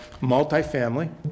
multifamily